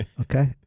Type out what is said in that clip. okay